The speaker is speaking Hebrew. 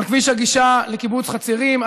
על כביש הגישה לקיבוץ חצרים,